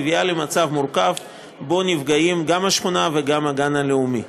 מביאה למצב מורכב שבו נפגעים גם השכונה וגם הגן הלאומי.